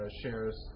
shares